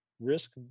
risk